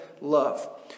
love